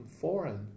foreign